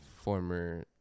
Former